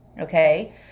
Okay